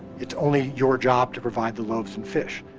it's only your job to provide the loaves and fish.